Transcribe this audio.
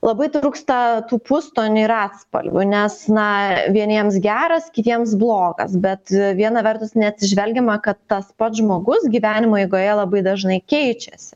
labai trūksta tų pustonių ir atspalvių nes na vieniems geras kitiems blogas bet viena vertus neatsižvelgiama kad tas pats žmogus gyvenimo eigoje labai dažnai keičiasi